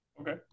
Okay